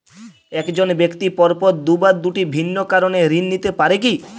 এক জন ব্যক্তি পরপর দুবার দুটি ভিন্ন কারণে ঋণ নিতে পারে কী?